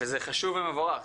וזה חשוב ומבורך.